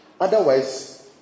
otherwise